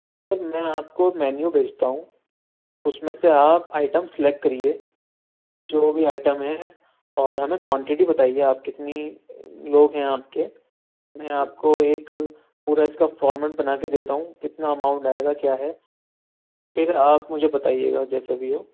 سر میں آپ کو مینیو بھیجتا ہوں اس میں سے آپ آئٹم سلیکٹ کرئیے جو بھی آئٹم ہیں اور ہمیں کوانٹٹی بتائیے آپ کتنی لوگ ہیں آپ کے میں آپ کو ایک پورا اس کا فارمیٹ بنا کے دیتا ہوں کتنا اماؤنٹ آئے گا کیا ہے پھر آپ مجھے بتائیے گا جیسا بھی ہو